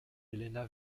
elena